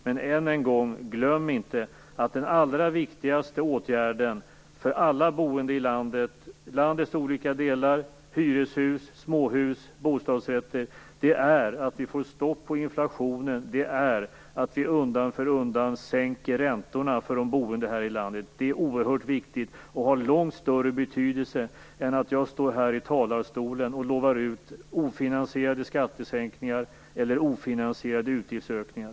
Men än en gång: Glöm inte att den allra viktigaste åtgärden för alla boende i landets olika delar, i hyreshus, småhus och bostadsrätter är att få stopp på inflationen och undan för undan sänka räntorna. Det är oerhört viktigt, och det har långt större betydelse än att jag står här i talarstolen och utlovar ofinansierade skattesänkningar eller ofinansierade utgiftsökningar.